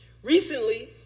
Recently